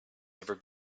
ever